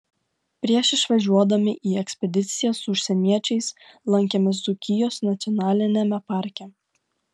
prieš išvažiuodami į ekspediciją su užsieniečiais lankėmės dzūkijos nacionaliniame parke